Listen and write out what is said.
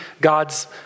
God's